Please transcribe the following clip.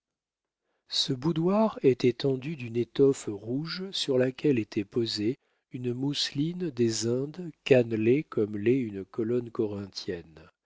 ce boudoir était tendu d'une étoffe rouge sur laquelle était posée une mousseline des indes cannelée comme l'est une colonne corinthienne